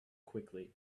quickly